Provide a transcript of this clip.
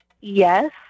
Yes